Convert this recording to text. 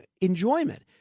enjoyment